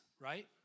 right